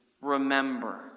remember